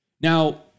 Now